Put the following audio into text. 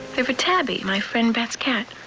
they're for tabby, my friend beth's cat.